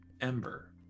Ember